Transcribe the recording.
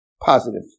positive